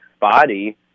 body